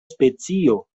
specio